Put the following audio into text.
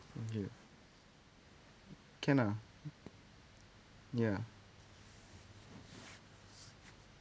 mm here can ah ya